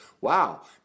Wow